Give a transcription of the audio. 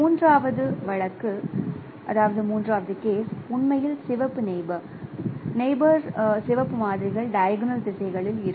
மூன்றாவது மூன்றாவது வழக்கு உண்மையில் சிவப்பு நெயிபோர் நெயிபோர் சிவப்பு மாதிரிகள் டைகோனல் திசைகளில் இருக்கும்